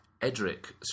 Edric